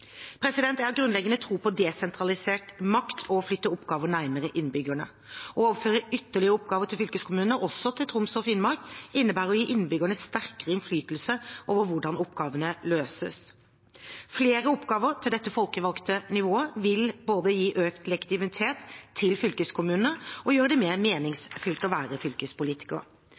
Jeg har en grunnleggende tro på å desentralisere makt og flytte oppgaver nærmere innbyggerne. Å overføre ytterligere oppgaver til fylkeskommunene – også til Troms og Finnmark – innebærer å gi innbyggerne sterkere innflytelse over hvordan oppgavene løses. Flere oppgaver til dette folkevalgte nivået vil både gi økt legitimitet til fylkeskommunene og gjøre det mer meningsfylt å være fylkespolitiker.